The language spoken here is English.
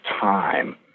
time